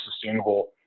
sustainable